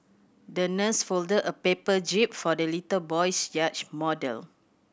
the nurse folded a paper jib for the little boy's yacht model